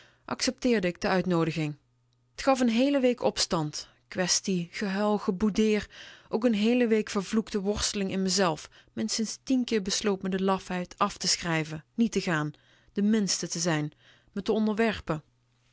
accepteerde k de uitnoodiging t gaf n heele week opstand kwestie gehuil geboudeer ook n heele week vervloekte worsteling in mezelf minstens tien keer besloop me de lafheid af te schrijven niet te gaan de minste te zijn me te onderwerpen